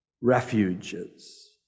refuges